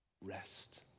Rest